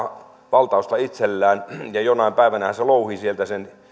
valtausta itsellään ja jonain päivänähän se louhii sieltä sen